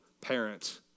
parent